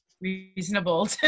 reasonable